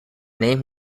name